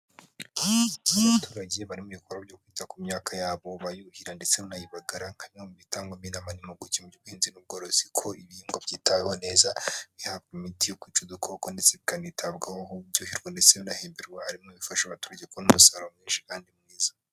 Abaturage bari mu ibikorwa byo kwita ku myaka yabo, bayuhira, ndetse banayibagara, mka bimwe mu bitangwamo inama n'impuguke muby'ubuhinzi n'ubworozi, ko ibihingwa byitaweho neza bihabwa imiti yo kwica udukoko, ndetse bikanitabwaho, muryoherwa ndetse nanahemberwa nka bimwe mu bifasha abaturage kubona umusaruro mwinshi kandi mwiza.